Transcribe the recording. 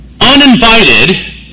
uninvited